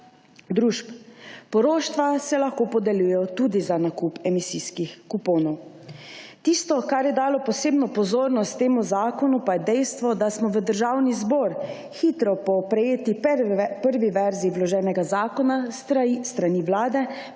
družb. Poroštva se lahko podeljujejo tudi za nakup emisijskih kuponov. Tisto, kar je dalo poseben poudarek temu zakonu, pa je dejstvo, da smo v Državni zbor hitro po prejeti prvi verziji vloženega zakona s strani Vlade prejeli